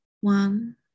One